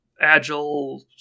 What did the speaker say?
agile